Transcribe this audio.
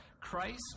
Christ